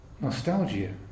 Nostalgia